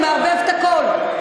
הוא מערבב את הכול.